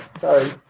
sorry